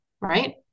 right